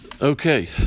Okay